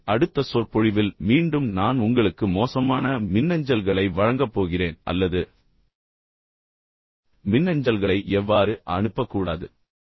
எனவே அடுத்த சொற்பொழிவில் மீண்டும் நான் உங்களுக்கு மோசமான மின்னஞ்சல்களை வழங்கப் போகிறேன் அல்லது மின்னஞ்சல்களை எவ்வாறு அனுப்பக்கூடாது